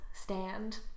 stand